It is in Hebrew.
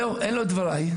זהו, אלו דבריי.